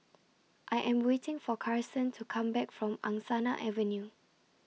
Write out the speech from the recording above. I Am waiting For Carson to Come Back from Angsana Avenue